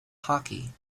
hockey